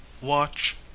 WATCH